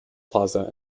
plaza